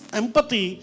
empathy